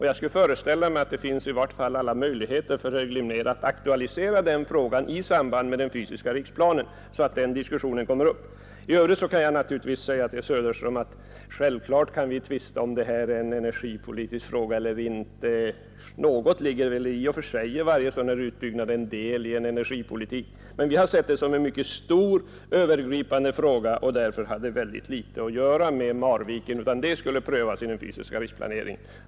Jag skulle föreställa mig att herr Glimnér i varje fall har alla möjligheter att aktualisera den frågan i samband med den fysiska riksplanen. I övrigt kan jag till herr Söderström säga att vi självfallet kan tvista om huruvida detta är en energipolitisk fråga eller inte. Något ligger det väl i påståendet att varje sådan här utbyggnad är en del av energipolitiken. Vi har emellertid sett denna som en mycket stor och övergripande fråga, som har mycket litet samband med Marviken, varför detta projekt skulle prövas i samband med den fysiska riksplaneringen.